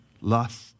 lust